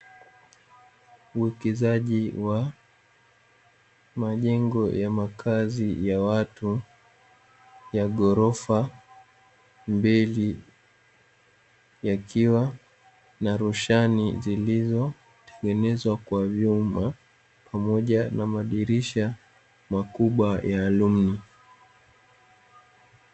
Uwekezaji wa majengo ya makazi ya watu ya ghorofa mbili, yakiwa na rushani zilizotengenezwa kwa vyuma pamoja na madirisha makubwa ya aluminiamu.